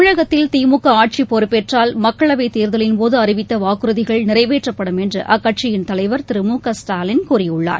தமிழகத்தில் திமுக ஆட்சிப் பொறுப்பேற்றால் மக்களவைத் தேர்தலின் போது அறிவித்த வாக்குறதிகள் நிறைவேற்றப்படும் என்று அக்கட்சியின் தலைவர் திரு மு க ஸ்டாலின் கூறியுள்ளார்